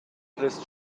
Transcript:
please